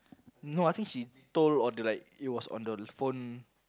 no I think she told on the like it was on the phone